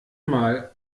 mal